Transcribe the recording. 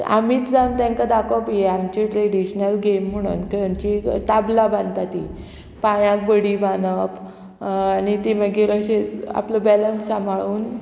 आमीच जावन तांकां दाखोवप हें आमचें ट्रेडिशनल गेम म्हणून खंयची ताबलां बांदता ती पांयांक बडी बांदप आनी ती मागीर अशें आपलो बॅलंस सांबाळून